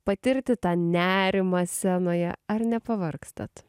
patirti tą nerimą scenoje ar nepavargstat